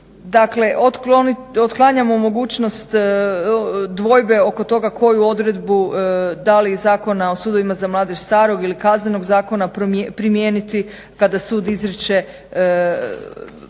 Dakle otklanjamo mogućnost dvojbe oko toga koju odredbu da li Zakona o sudovima za mladež starog ili Kaznenog zakona primijeniti kada sud izriče